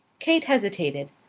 kate hesitated.